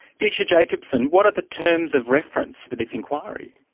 geesche jacobsen, what are the terms of reference for this inquiry?